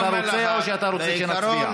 אתה רוצה, או שאתה רוצה שנצביע?